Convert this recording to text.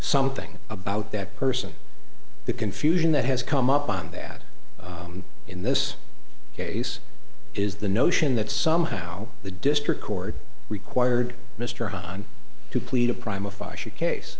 something about that person the confusion that has come up on that in this case is the notion that somehow the district court required mr hahn to plead a prime if i should case